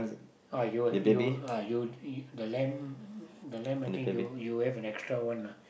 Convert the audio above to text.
!aiyo! you uh you the lamp the lamp I think you you have an extra one lah